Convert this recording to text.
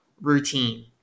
routine